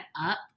up